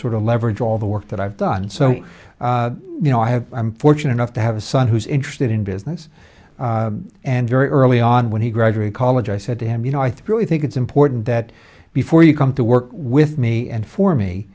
sort of leverage all the work that i've done so you know i have i'm fortunate enough to have a son who's interested in business and very early on when he graduated college i said to him you know i think really think it's important that before you come to work with me and for me